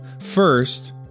First